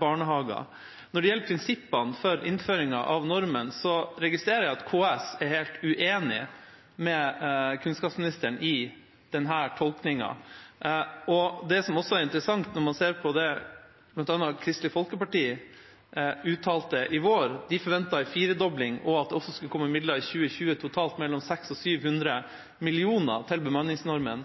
barnehager. Når det gjelder prinsippene for innføringen av normen, registrerer jeg at KS er helt uenig med kunnskapsministeren i denne tolkningen. Det er også interessant når man bl.a. ser på det Kristelig Folkeparti uttalte i vår; de forventet en firedobling og at det også skulle komme midler i 2020, totalt mellom 600 og 700 mill. kr, til bemanningsnormen.